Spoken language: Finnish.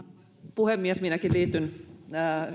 puhemies minäkin liityn